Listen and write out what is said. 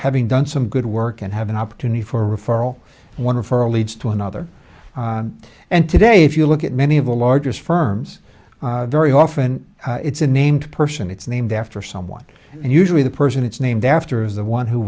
having done some good work and have an opportunity for referral one referral leads to another and today if you look at many of the largest firms very often it's a named person it's named after someone and usually the person it's named after is the one who